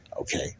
Okay